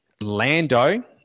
Lando